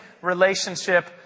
relationship